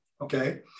Okay